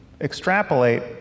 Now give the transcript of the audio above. extrapolate